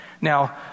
Now